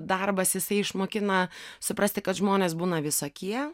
darbas jisai išmokina suprasti kad žmonės būna visokie